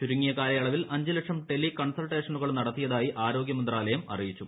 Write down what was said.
ചുരുങ്ങിയ കാലയളവിൽ അഞ്ച് ലക്ഷം ടെലി കൺസൾട്ടേഷനുകൾ നടത്തിയതായി ആരോഗൃമന്ത്രാലയം അറിയിച്ചു